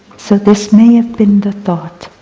so this may have been the thought.